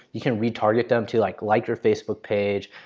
you can re-target them to like like your facebook page,